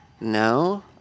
No